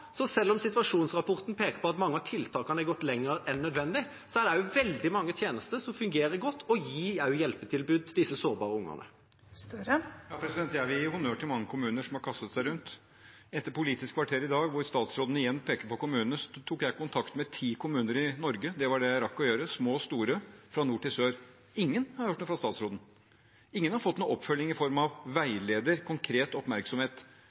så selv om situasjonsrapporten peker på at mange av tiltakene har gått lenger enn nødvendig, er det også veldig mange tjenester som fungerer godt og gir hjelpetilbud til disse sårbare barna. Det åpnes for oppfølgingsspørsmål – først Jonas Gahr Støre Jeg vil gi honnør til mange kommuner som har kastet seg rundt. Etter Politisk kvarter i dag, der statsråden igjen pekte på kommunene, tok jeg kontakt med ti kommuner i Norge, det var det jeg rakk – små og store, fra nord til sør. Ingen har hørt noe fra statsråden. Ingen har fått noe oppfølging i form av veileder eller konkret oppmerksomhet.